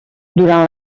durant